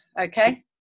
Okay